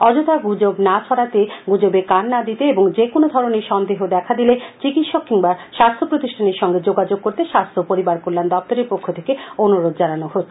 অযথা গুজব না ছড়াতে গুজবে কান না দিতে এবং যে কোনো ধরনের সন্দেহ দেখা দিলে চিকিৎসক কিংবা স্বাস্থ্য প্রতিষ্ঠানের সঙ্গে যোগাযোগ করতে স্বাস্থ্য ও পরিবার কল্যাণ দপ্তরের পক্ষ থেকে অনুরোধ জানানো হচ্ছে